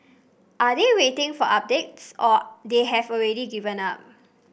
are they waiting for updates or they have already given up